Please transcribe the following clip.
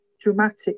dramatic